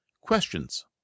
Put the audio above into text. Questions